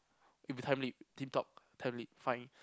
if you find